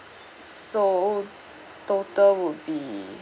so all total would be